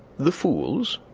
the fools?